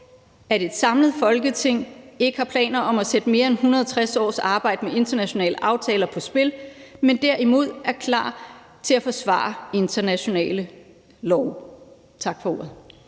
at et samlet Folketing ikke har planer om at sætte mere end 160 års arbejde med internationale aftaler på spil, men derimod er klar til at forsvare internationale love. Tak for ordet.